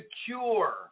secure